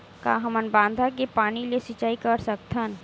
का हमन बांधा के पानी ले सिंचाई कर सकथन?